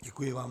Děkuji vám.